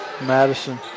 Madison